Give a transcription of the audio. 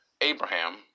Abraham